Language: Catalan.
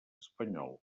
espanyol